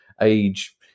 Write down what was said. age